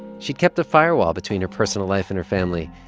she kept a firewall between her personal life and her family.